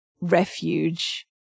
refuge